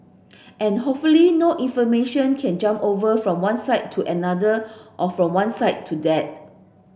and hopefully no information can jump over from one side to another or from one side to that